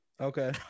Okay